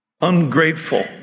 Ungrateful